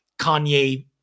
Kanye